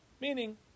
Meaning